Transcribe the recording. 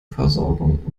versorgung